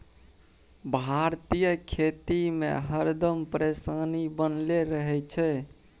भारतीय खेती में हरदम परेशानी बनले रहे छै